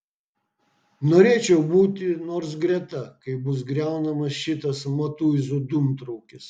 norėčiau būti nors greta kai bus griaunamas šitas matuizų dūmtraukis